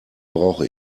brauche